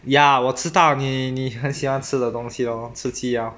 ya 我知道你你很喜欢吃的东西 lor 吃鸡 lor